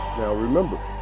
now remember,